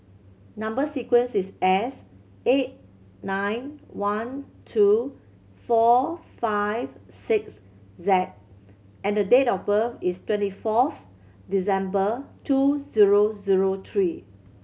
number sequence is S eight nine one two four five six Z and the date of birth is twenty fourth December two zero zero three